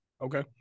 Okay